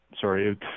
sorry